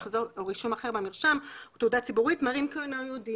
חוק זה או רישום אחר במרשם או תעודה ציבורית מראים כי הוא אינו יהודי'.